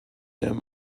him